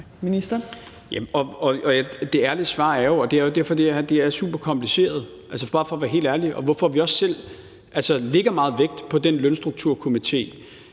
Det ærlige svar er jo, at det her er superkompliceret – det er bare for at være helt ærlig – hvorfor vi altså også selv lægger meget vægt på den lønstrukturkomité.